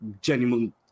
genuine